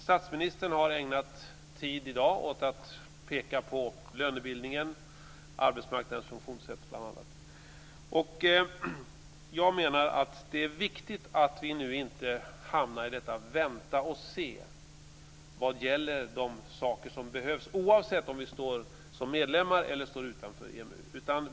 Statsministern har i dag ägnat tid bl.a. åt att peka på lönebildningen och arbetsmarknadens funktionssätt. Jag menar att det är viktigt att vi nu inte hamnar i ett vänta och se vad gäller de saker som behövs, oavsett om vi står för medlemskap eller vill vara utanför EMU.